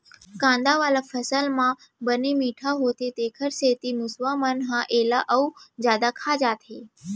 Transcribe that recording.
कांदा वाला फसल मन बने मिठ्ठ होथे तेखर सेती मूसवा मन ह एला अउ जादा खा जाथे